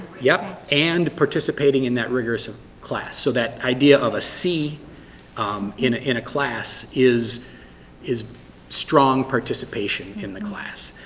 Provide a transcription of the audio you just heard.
yup, and participating in that rigorous ah class. so that idea of a c um in a class is is strong participation in the class.